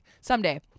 someday